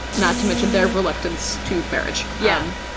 not to mention their reluctance to marriage. yeah.